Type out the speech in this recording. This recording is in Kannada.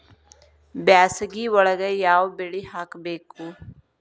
ಬ್ಯಾಸಗಿ ಒಳಗ ಯಾವ ಬೆಳಿ ಹಾಕಬೇಕು?